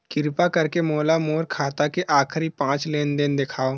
किरपा करके मोला मोर खाता के आखिरी पांच लेन देन देखाव